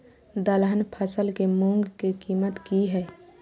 दलहन फसल के मूँग के कीमत की हय?